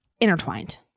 intertwined